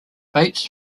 bates